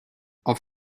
auf